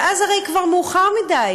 אבל אז זה יהיה הרי כבר מאוחר מדי.